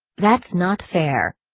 that's not fair.